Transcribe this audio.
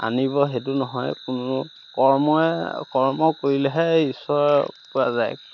আনিব সেইটো নহয় কোনো কৰ্মই কৰ্ম কৰিলেহে ঈশ্বৰ পোৱা যায়